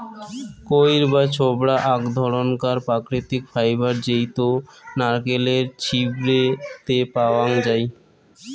কইর বা ছোবড়া আক ধরণকার প্রাকৃতিক ফাইবার জেইতো নারকেলের ছিবড়ে তে পাওয়াঙ যাই